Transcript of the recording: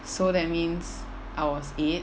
so that means I was eight